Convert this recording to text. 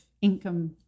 income